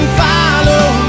follow